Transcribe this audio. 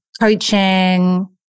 coaching